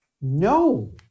No